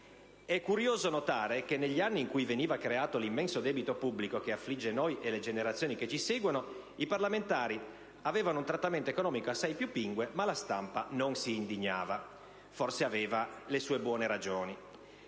È curioso notare che negli anni in cui veniva creato l'immenso debito pubblico che affligge noi e le generazioni che ci seguono, i parlamentari avevano un trattamento economico assai più pingue, ma la stampa non si indignava: forse aveva le sue buone ragioni.